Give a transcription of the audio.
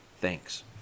Thanks